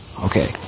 Okay